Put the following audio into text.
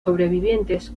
sobrevivientes